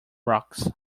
rocks